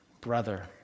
brother